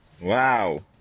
wow